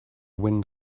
wind